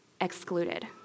excluded